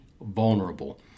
vulnerable